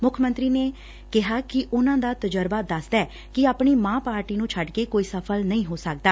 ਮੱਖ ਮੰਤਰੀ ਨੇ ਕਿਹਾ ਕਿ ਉਨਾਂ ਦਾ ਤਜਰਬਾ ਦੱਸਦਾ ਐ ਕਿ ਆਪਣੀ ਮਾਂ ਪਾਰਟੀ ਨੂੰ ਛੱਡਕੇ ਕੋਈ ਸਫ਼ਲ ਨਹੀ ਹੋ ਸਕਦਾ